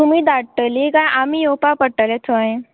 तुमी धाडटली काय आमी येवपा पडटले थंय